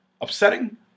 upsetting